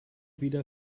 wieder